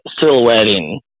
silhouetting